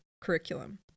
curriculum